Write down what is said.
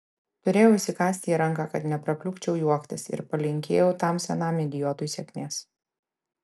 turėjau įsikąsti į ranką kad neprapliupčiau juoktis ir palinkėjau tam senam idiotui sėkmės